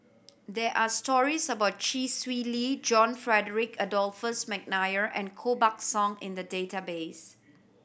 there are stories about Chee Swee Lee John Frederick Adolphus McNair and Koh Buck Song in the database